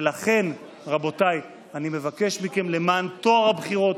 ולכן רבותיי, אני מבקש מכם, למען טוהר הבחירות,